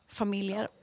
familjer